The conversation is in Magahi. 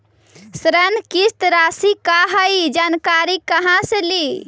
ऋण किस्त रासि का हई जानकारी कहाँ से ली?